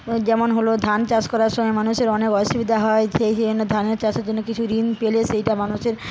যেমন হল ধান চাষ করার সময় মানুষের অনেক অসুবিধা হয় সেই জন্য ধানের চাষের জন্য কিছু ঋণ পেলে সেইটা মানুষের